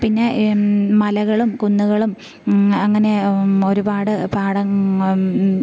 പിന്നെ മലകളും കുന്നുകളും അങ്ങനെ ഒരുപാട് പാടങ്ങൾ